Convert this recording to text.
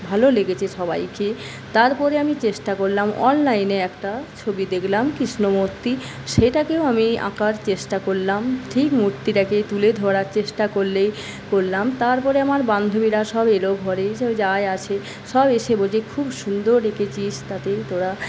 ভালো লেগেছে সবাইকে তারপরে আমি চেষ্টা করলাম অনলাইনে একটা ছবি দেখলাম কৃষ্ণ মূর্তি সেটাকেও আমি আঁকার চেষ্টা করলাম ঠিক মূর্তিটাকে তুলে ধরার চেষ্টা করলে করলাম তারপরে আমার বান্ধবীরা সব এল ঘরে যারা আসে সব এসে বলছে খুব সুন্দর এঁকেছিস তাতে তোরা